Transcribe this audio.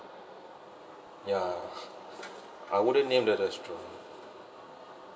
ya I wouldn't name the restaurant